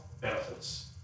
benefits